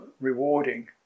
rewarding